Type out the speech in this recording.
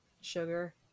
sugar